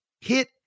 hit